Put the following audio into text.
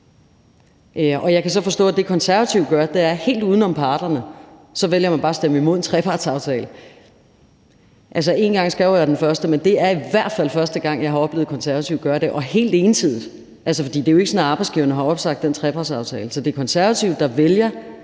Og jeg kan så forstå, at det, Konservative gør, er, at man helt uden om parterne så bare vælger at stemme imod en trepartsaftale. Altså, en gang skal jo være den første, men det er i hvert fald første gang, jeg har oplevet Konservative gøre det, og helt ensidigt. For det er jo ikke sådan, at arbejdsgiverne har opsagt den trepartsaftale, så det er Konservative, der vælger